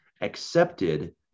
accepted